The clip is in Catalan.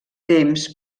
temps